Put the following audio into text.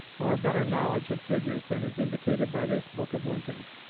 or a better knowledge of figures than is indicated by this book of lincoln's,